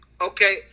Okay